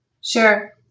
Sure